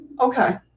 Okay